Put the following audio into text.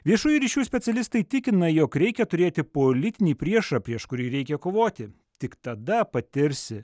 viešųjų ryšių specialistai tikina jog reikia turėti politinį priešą prieš kurį reikia kovoti tik tada patirsi